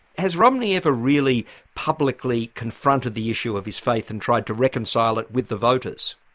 has romney ever really publicly confronted the issue of his faith and tried to reconcile it with the voters?